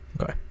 Okay